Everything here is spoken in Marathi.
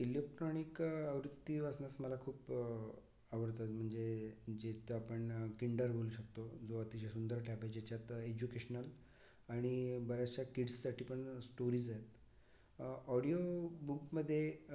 इलेक्ट्रॉनिक आवृत्ती वाचण्यास मला खूप आवडतं म्हणजे जिथं आपण किंडल म्हणू शकतो जो अतिशय सुंदर टॅब आहे ज्याच्यात एज्युकेशनल आणि बऱ्याचशा किड्ससाठी पण स्टोरीज आहेत ऑडिओ बुकमध्ये